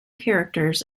characters